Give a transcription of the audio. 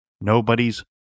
Nobody's